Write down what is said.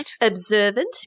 observant